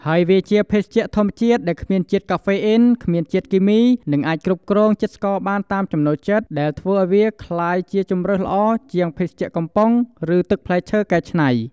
ហើយវាជាភេសជ្ជៈធម្មជាតិដែលគ្មានជាតិកាហ្វេអ៊ីន គ្មានជាតិគីមី និងអាចគ្រប់គ្រងជាតិស្ករបានតាមចំណូលចិត្ត ដែលធ្វើឲ្យវាក្លាយជាជម្រើសល្អជាងភេសជ្ជៈកំប៉ុង ឬទឹកផ្លែឈើកែច្នៃ។